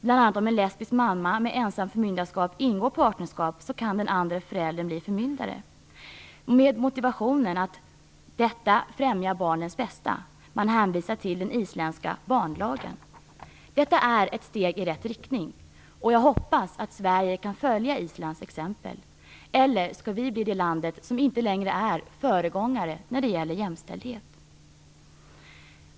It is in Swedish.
Bl.a. om en lesbisk mamma med ensamt förmyndarskap ingår partnerskap kan den andra föräldern bli förmyndare - med motivationen att detta främjar barnens bästa. Man hänvisar till den isländska barnlagen. Detta är ett steg i rätt riktning. Jag hoppas att Sverige kan följa Islands exempel. Eller skall Sverige bli det land som inte längre är föregångare när det gäller jämställdhet?